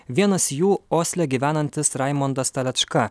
vienas jų osle gyvenantis raimondas talečka